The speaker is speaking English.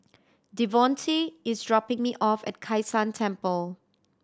Devonte is dropping me off at Kai San Temple